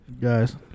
Guys